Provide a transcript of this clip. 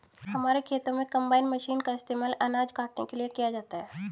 हमारे खेतों में कंबाइन मशीन का इस्तेमाल अनाज काटने के लिए किया जाता है